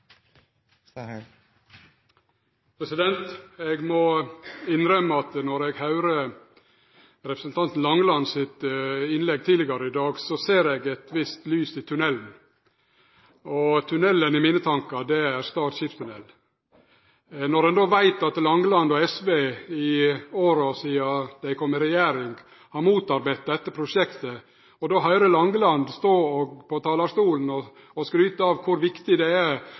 erfaring. Eg må innrømme at etter å ha høyrt representanten Langeland sitt innlegg tidlegare i dag ser eg eit visst lys i tunnelen – og tunnelen i mine tankar er Stad skipstunnel. Når ein då veit at Langeland og SV i åra sidan dei kom i regjering, har motarbeidd dette prosjektet, og så høyrer Langeland stå på talarstolen og skryte av kor viktig dette er